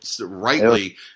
rightly